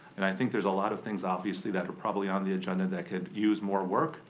and i think there's a lot of things, obviously, that are probably on the agenda that could use more work,